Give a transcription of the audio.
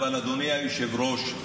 אבל אדוני היושב-ראש,